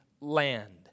land